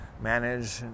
manage